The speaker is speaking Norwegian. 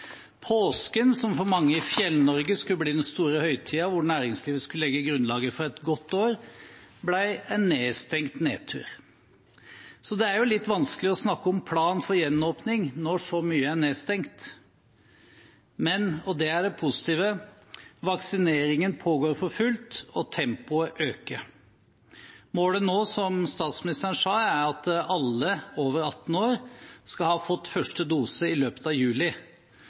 Påsken, som for mange i Fjell-Norge skulle bli den store høytiden, da næringslivet skulle legge grunnlaget for et godt år, ble en nedstengt nedtur. Så det er jo litt vanskelig å snakke om en plan for gjenåpning når så mye er nedstengt, men – og det er det positive – vaksineringen pågår for fullt, og tempoet øker. Målet nå, som statsministeren sa, er at alle over 18 år skal ha fått første dose i løpet av juli.